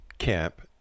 camp